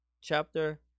chapter